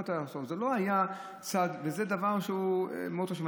זה לא היה צעד, וזה דבר שהוא מאוד חשוב.